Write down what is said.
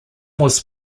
was